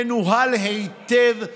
מנוהל היטב,